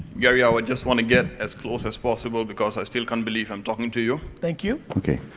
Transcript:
gary, i would just wanna get as close as possible because i still can't believe i'm talking to you. thank you. okay,